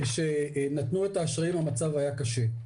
כשנתנו את האשראים המצב היה קשה.